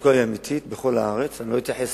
המצוקה היא אמיתית, בכל הארץ, אני לא אתייחס